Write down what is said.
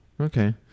okay